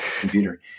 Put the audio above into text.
computer